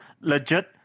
legit